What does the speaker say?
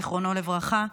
זכרונו לברכה,